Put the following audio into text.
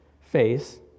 face